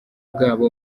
bwabo